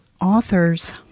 authors